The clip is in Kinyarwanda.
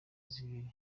zibiri